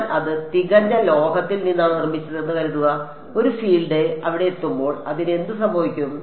ഞാൻ അത് തികഞ്ഞ ലോഹത്തിൽ നിന്നാണ് നിർമ്മിച്ചതെന്ന് കരുതുക ഒരു ഫീൽഡ് അവിടെ എത്തുമ്പോൾ അതിന് എന്ത് സംഭവിക്കും